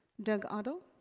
doug otto.